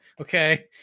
okay